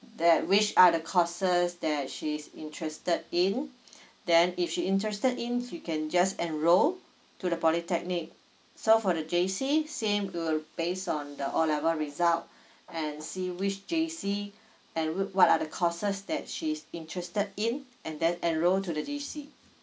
that which are the courses that she's interested in then if she interested in she can just enroll to the polytechnic so for the J_C same to uh based on the O level result and see which J_C and what what are the courses that she's interested in and then enroll to the J_C